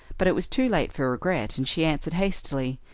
but it was too late for regret, and she answered hastily,